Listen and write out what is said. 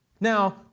Now